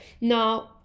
Now